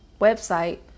website